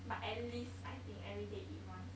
but at least I think everyday eat once